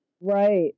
Right